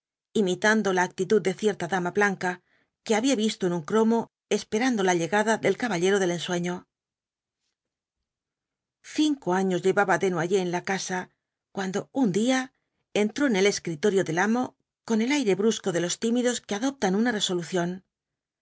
imitando la actitud de cierta dama blanca que había visto en un cromo esperando la llegada del caballero del ensueño cinco años llevaba desnoyers en la casa cuando un día entró en el escritorio del amo con el aire brusco de los tímidos que adoptan una resolución